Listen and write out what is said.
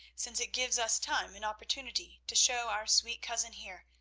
since it gives us time and opportunity to show our sweet cousin here,